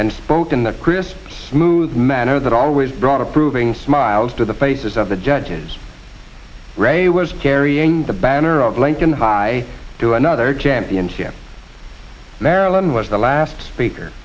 and spoke in the chris smooth manner that always brought approving smiles to the faces of the judges ray was carrying the banner of lincoln high to another championship marilyn was the last speaker